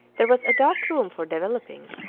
there was a dark room for developing,